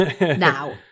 Now